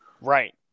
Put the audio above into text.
Right